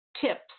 tips